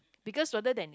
because rather than